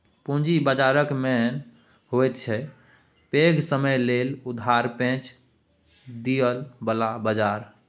पूंजी बाजारक मने होइत छै पैघ समय लेल उधार पैंच दिअ बला बजार